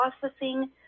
processing